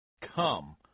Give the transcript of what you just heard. Come